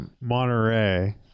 Monterey